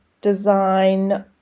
design